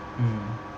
mm